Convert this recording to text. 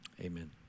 amen